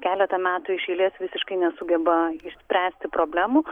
keletą metų iš eilės visiškai nesugeba išspręsti problemų